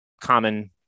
common